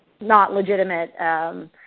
not-legitimate